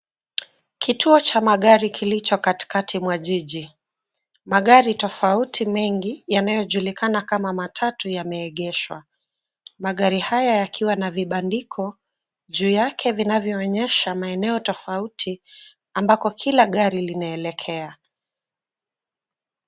Kituo cha magari kilicho katikati mwa jiji. Magari tofauti mengi yanayojulikana kama matatu yameegeshwa. Magari haya yakiwa na vibandiko, juu yake, vinavyoonyesha maeneo tofauti ambako kila gari linaelekea.